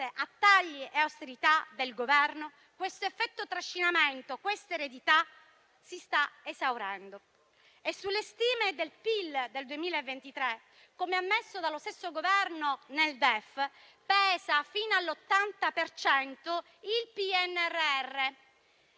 a tagli e austerità del Governo, l'effetto trascinamento e quest'eredità si stanno esaurendo. Sulle stime del PIL del 2023, come ammesso dallo stesso Governo nel DEF, pesa fino all'80 per